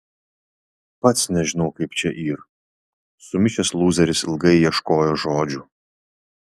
pats nežinau kaip čia yr sumišęs lūzeris ilgai ieškojo žodžių